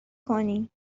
کنی